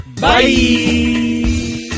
Bye